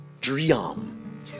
dream